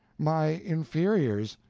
my inferiors!